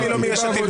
היא לא מיש עתיד.